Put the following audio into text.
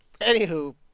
anywho